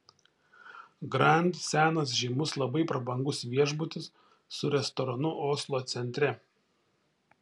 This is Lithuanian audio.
grand senas žymus labai prabangus viešbutis su restoranu oslo centre